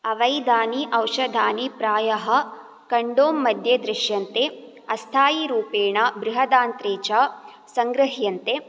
अवैधानि औषधानि प्रायः कण्डोममध्ये दृश्यन्ते अस्थायीरूपेण बृहदान्त्रे च सङ्गृह्यन्ते